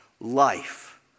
life